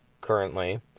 currently